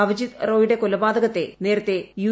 അവിജിത് റോയുടെ കൊലപാതകത്തെ നേരത്തെ യു